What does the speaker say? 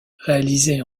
réalisée